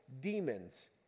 demons